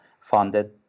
funded